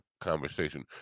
conversation